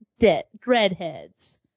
Dreadheads